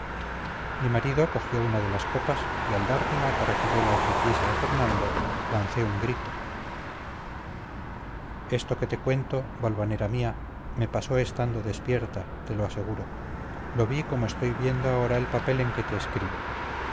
mi marido cogió una de las copas y al dármela para que yo la ofreciese a fernando lancé un grito esto que te cuento valvanera mía me pasó estando despierta te lo aseguro lo vi como estoy viendo ahora el papel en que te escribo